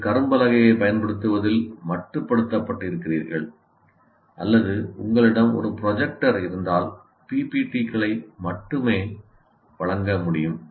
நீங்கள் கரும்பலகையைப் பயன்படுத்துவதில் மட்டுப்படுத்தப்பட்டிருக்கிறீர்கள் அல்லது உங்களிடம் ஒரு ப்ரொஜெக்டர் இருந்தால் பிபிடி களை மட்டுமே வழங்க முடியும்